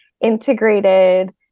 integrated